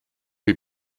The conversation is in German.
wie